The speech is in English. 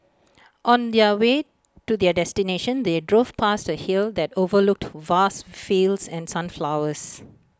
on the way to their destination they drove past A hill that overlooked vast fields and sunflowers